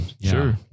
Sure